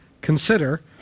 consider